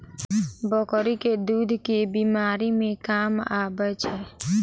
बकरी केँ दुध केँ बीमारी मे काम आबै छै?